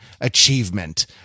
achievement